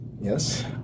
Yes